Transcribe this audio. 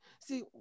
see